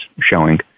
showing